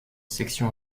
section